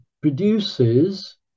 produces